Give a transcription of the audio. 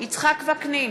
יצחק וקנין,